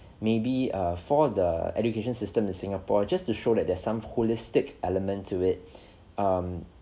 maybe err for the education system in singapore just to show that there's some holistic element to it um